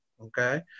Okay